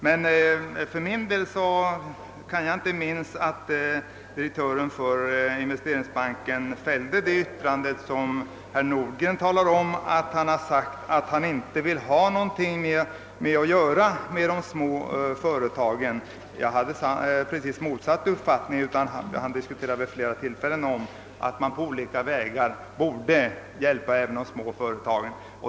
Jag kan emellertid inte minnas att direktören för Investeringsbanken fällde det yttrande som herr Nordgren återgav, alltså att han inte ville ha någonting med de små företagen att göra. Jag hade det rakt motsatta intrycket, nämligen att han vid flera tillfällen underströk att man borde hjälpa även de små företagen.